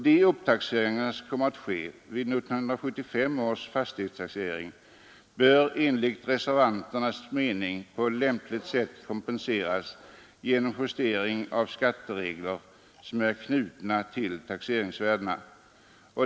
De upptaxeringar som kommer att ske vid 1975 års fastighetstaxering bör enligt reservanternas mening på lämpligt sätt kompenseras genom justering av de skatteregler som är knutna till taxeringsvärdena.